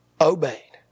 obeyed